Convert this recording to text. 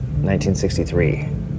1963